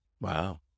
Wow